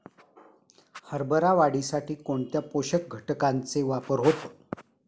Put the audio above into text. हरभरा वाढीसाठी कोणत्या पोषक घटकांचे वापर होतो?